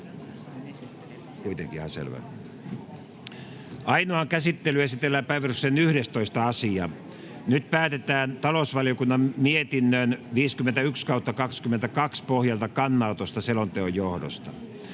Ainoaan käsittelyyn esitellään päiväjärjestyksen 11. asia. Nyt päätetään talousvaliokunnan mietinnön TaVM 51/2022 vp pohjalta kannanotosta selonteon johdosta.